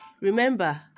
remember